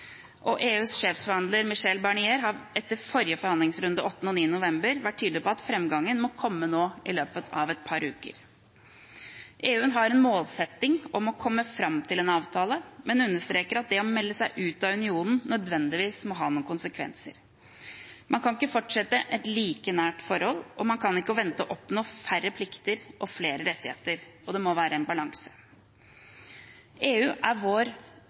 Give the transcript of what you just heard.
EUs sjefsforhandler Michel Barnier har etter forrige forhandlingsrunde 8. og 9. november vært tydelig på at framgangen må komme i løpet av et par uker. EU har en målsetting om å komme fram til en avtale, men understreker at det å melde seg ut av unionen nødvendigvis må ha noen konsekvenser. Man kan ikke fortsette et like nært forhold, og man kan ikke vente å oppnå færre plikter og flere rettigheter. Det må være en balanse. EU er vår